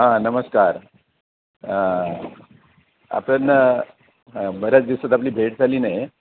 हां नमस्कार आपण हं बऱ्याच दिवसात आपली भेट झाली नाही